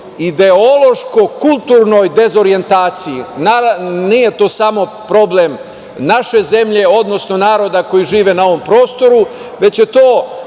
ideološko kulturnoj dezorijentaciji. Nije to samo problem naše zemlje, odnosno naroda koji žive na ovom prostoru, već je to